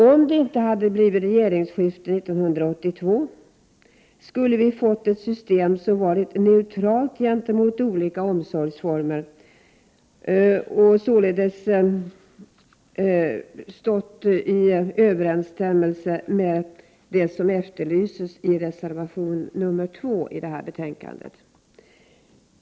Om det inte hade blivit regeringsskifte 1982, skulle vi ha fått ett system som varit neutralt gentemot olika omsorgsformer och således stått i överensstämmelse med det som efterlyses i reservation 2 i detta betänkande.